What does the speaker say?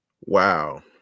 Wow